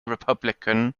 republican